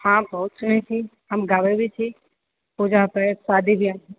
हँ बहुत सुनैत छी हम गाबैत भी छी पूजापर शादी ब्याह